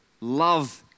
love